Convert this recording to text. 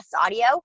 audio